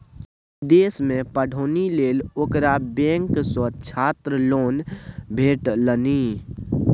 विदेशमे पढ़ौनी लेल ओकरा बैंक सँ छात्र लोन भेटलनि